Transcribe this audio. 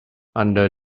under